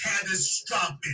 catastrophic